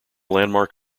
landmark